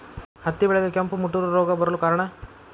ಹತ್ತಿ ಬೆಳೆಗೆ ಕೆಂಪು ಮುಟೂರು ರೋಗ ಬರಲು ಕಾರಣ?